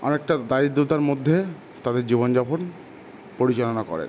অনেকটা দায়িদ্রতার মধ্যে তাদের জীবনযাপন পরিচালনা করে